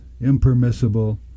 impermissible